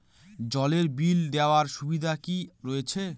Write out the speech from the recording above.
জলের বিল দেওয়ার সুবিধা কি রয়েছে?